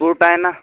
spot आहे ना